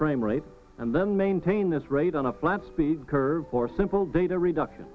frame rate and then maintain this rate on a flat speed curve for simple data reduction